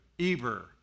Eber